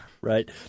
Right